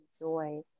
enjoy